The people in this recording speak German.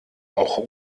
auch